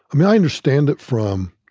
um yeah i understand it from